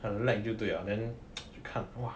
很 lag 就对 liao then 你看 !wah!